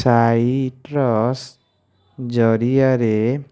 citrus ଜରିଆରେ